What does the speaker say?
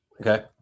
Okay